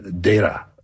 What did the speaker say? data